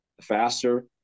faster